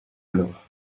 alors